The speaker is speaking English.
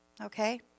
Okay